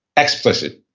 explicit,